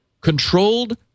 controlled